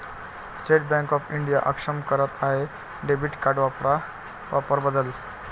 state Bank of India अक्षम करत आहे डेबिट कार्ड वापरा वापर बदल